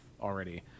already